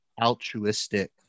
altruistic